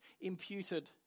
imputed